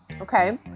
Okay